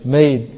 made